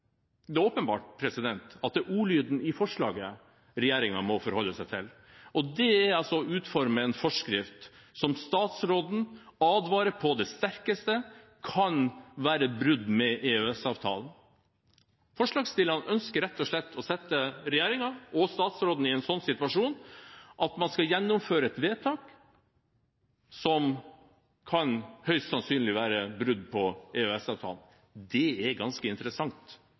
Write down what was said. Det er åpenbart at det er ordlyden i forslaget regjeringen må forholde seg til, og det er altså å utforme en forskrift som statsråden advarer på det sterkeste at kan være brudd med EØS-avtalen. Forslagsstillerne ønsker rett og slett å sette regjeringen og statsråden i en slik situasjon at man skal gjennomføre et vedtak som kan – høyst sannsynlig – være et brudd på EØS-avtalen. Det er ganske interessant.